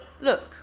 Look